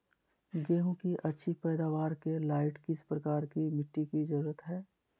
गेंहू की अच्छी पैदाबार के लाइट किस प्रकार की मिटटी की जरुरत है?